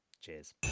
Cheers